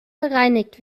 bereinigt